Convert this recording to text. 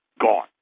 gone